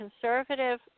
conservative